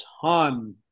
ton